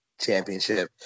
Championship